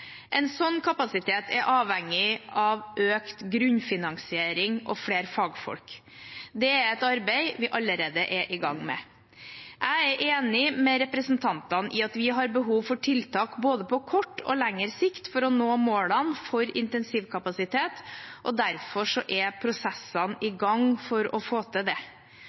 En slik kapasitet er avhengig av økt grunnfinansiering og flere fagfolk. Det er et arbeid vi allerede er i gang med. Jeg er enig med representantene i at vi har behov for tiltak både på kort og lengre sikt for å nå målene for intensivkapasitet, og derfor er prosessene i gang for å få til det.